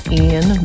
Ian